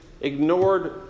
ignored